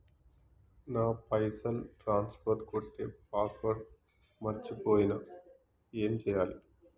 నా పైసల్ ట్రాన్స్ఫర్ కొట్టే పాస్వర్డ్ మర్చిపోయిన ఏం చేయాలి?